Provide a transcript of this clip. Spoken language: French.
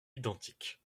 identiques